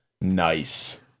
Nice